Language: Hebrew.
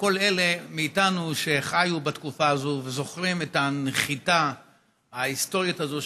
וכל אלה מאיתנו שחיו בתקופה הזאת וזוכרים את הנחיתה ההיסטורית הזאת,